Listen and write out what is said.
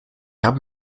habe